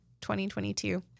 2022